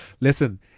listen